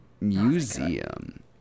museum